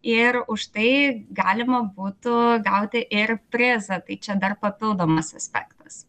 ir už tai galima būtų gauti ir prizą tai čia dar papildomas aspektas